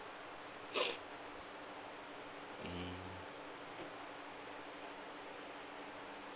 mm